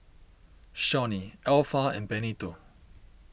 Shawnee Alpha and Benito